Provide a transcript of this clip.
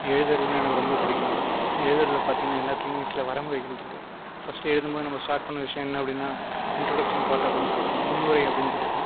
எழுதுகிறதுனா எனக்கு ரொம்ப பிடிக்கும் எழுதுகிறதுல பார்த்தீங்கன்னா எல்லாத்திலேயும் சில வரைமுறைகள் இருக்குது ஃபர்ஸ்ட் எழுதும் போது நம்ம ஸ்டார்ட் பண்ண விஷயம் என்ன அப்படினா இன்ட்ரோடக்ஷன் பார்ட் அப்படினு கொடுப்போம் முன்னுரை அப்படினு கொடுப்போம்